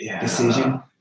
decision